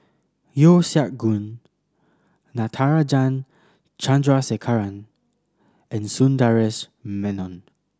Yeo Siak Goon Natarajan Chandrasekaran and Sundaresh Menon